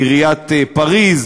בעיריית פריז,